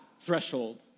threshold